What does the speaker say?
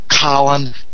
Colin